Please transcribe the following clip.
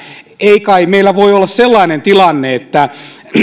ei kai meillä voi olla sellainen tilanne että